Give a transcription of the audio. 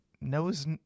knows